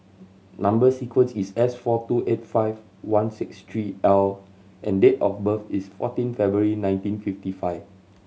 number sequence is S four two eight five one six three L and date of birth is fourteen February nineteen fifty five